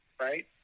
right